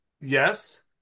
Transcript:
Yes